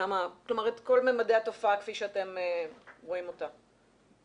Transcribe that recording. את כל מימדי התופעה כפי שאתם רואים אותה?